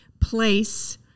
place